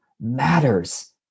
matters